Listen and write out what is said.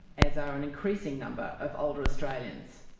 as are an increasing number of older australians.